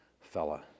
fella